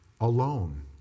alone